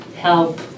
help